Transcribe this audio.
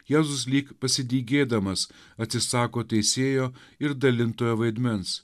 jėzus lyg pasidygėdamas atsisako teisėjo ir dalintojo vaidmens